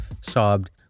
sobbed